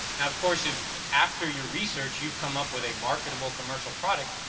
and of course, if after your research you've come up with a marketable commercial product,